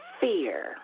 fear